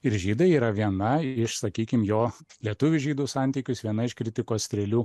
ir žydai yra viena iš sakykim jo lietuvių žydų santykių jis viena iš kritikos strėlių